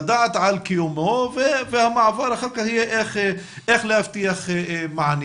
לדעת על קיומו והמעבר אחר כך יהיה איך להבטיח מענים.